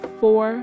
four